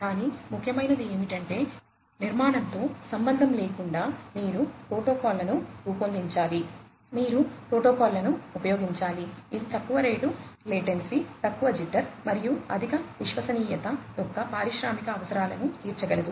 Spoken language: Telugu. కానీ ముఖ్యమైనది ఏమిటంటే నిర్మాణంతో సంబంధం లేకుండా మీరు ప్రోటోకాల్లను రూపొందించాలి మీరు ప్రోటోకాల్లను ఉపయోగించాలి ఇది తక్కువ రేటు లెటెన్సీ తక్కువ జిట్టర్ మరియు అధిక విశ్వసనీయత యొక్క పారిశ్రామిక అవసరాలను తీర్చగలదు